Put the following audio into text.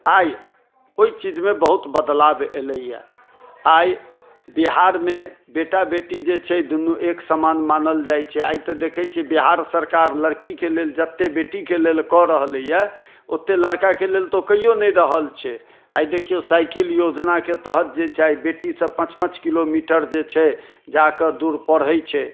आइ ओहि चीजमे बहुत बदलाव एलैया आइ बिहारमे बेटा बेटी जे छै दुनू एक समान मानल जाइत छै आइ तऽ देखैत छियै बिहार सरकार लड़कीके लेल जते बेटीके लेल कऽ रहलैया ओते लड़काके लेल तऽ कैयो नहि रहल छै आइ देखिऔ साइकल योजनाके तहत जे छै आइ बेटी सब पाँच पाँच किलोमीटर जे छै जाकऽ दूर पढ़ैत छै